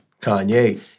Kanye